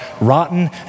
rotten